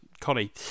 connie